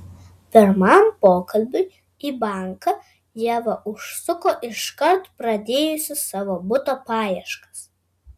pirmam pokalbiui į banką ieva užsuko iškart pradėjusi savo buto paieškas